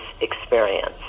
experience